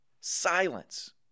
Silence